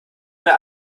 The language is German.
mehr